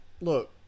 look